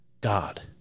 God